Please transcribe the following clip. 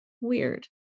weird